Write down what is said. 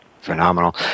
Phenomenal